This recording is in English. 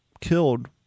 killed